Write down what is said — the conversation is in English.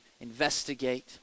investigate